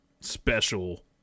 special